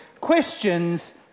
Questions